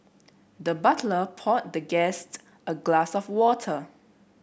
the butler poured the guest a glass of water